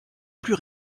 plus